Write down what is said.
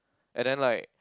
and then like